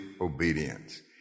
obedience